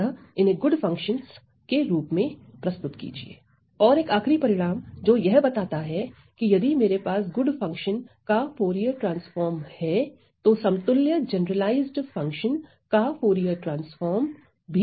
अतः इन्हें good function के रूप में प्रस्तुत कीजिए और एक आख़िरी परिणाम जो यह बताता है कि यदि मेरे पास गुड फंक्शन का फूरिये ट्रांसफॉर्म है तो समतुल्य जनरलाइज्ड फंक्शन का फूरिये ट्रांसफॉर्म भी विद्यमान होगा